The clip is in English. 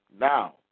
now